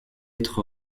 être